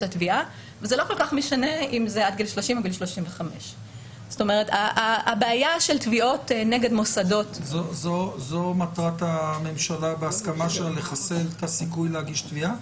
התביעה וזה לא כל כך משנה אם זה עד גיל 30 או עד גיל 35. זו מטרת הממשלה בהסכמה שלה לחסל את הסיכוי להגיש תביעה?